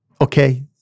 Okay